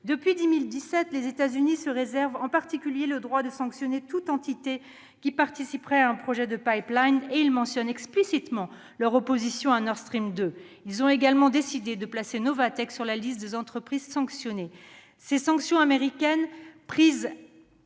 Depuis 2017, les États-Unis se réservent en particulier le droit de sanctionner toute entité qui participerait à un projet de, et ils mentionnent explicitement leur opposition au projet de gazoduc Nord Stream 2. Ils ont également décidé de placer Novatek sur la liste des entreprises sanctionnées. Ces sanctions américaines, prises